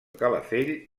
calafell